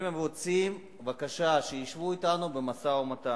אם הם רוצים, בבקשה, שישבו אתנו למשא-ומתן.